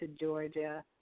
Georgia